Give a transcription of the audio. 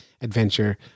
adventure